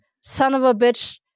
son-of-a-bitch